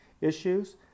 issues